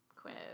quiz